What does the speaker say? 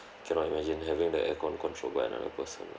cannot imagine having the air con controlled by another person